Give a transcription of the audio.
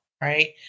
right